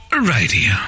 radio